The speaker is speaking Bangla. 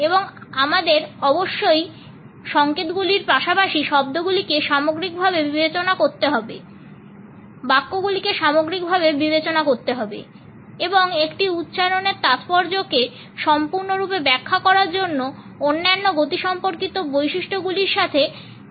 এবং আমাদের অবশ্যই এই সংকেতগুলির পাশাপাশি শব্দগুলিকে সামগ্রিকভাবে বিবেচনা করতে হবে বাক্যগুলিকে সামগ্রিকভাবে বিবেচনা করতে হবে এবং একটি উচ্চারণের তাৎপর্যকে সম্পূর্ণরূপে ব্যাখ্যা করার জন্য অন্যান্য গতিসম্পর্কিত বৈশিষ্ট্যগুলির সাথে ব্যাখ্যাকে একত্রিত করতে হবে